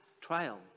trial